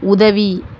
உதவி